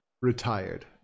retired